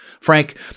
Frank